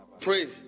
pray